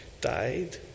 died